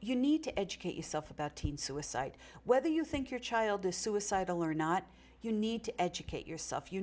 you need to educate yourself about teen suicide whether you think your child is suicidal or not you need to educate yourself you